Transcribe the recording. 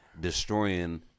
Destroying